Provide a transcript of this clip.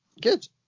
Good